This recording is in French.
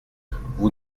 vous